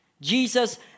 Jesus